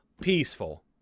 Peaceful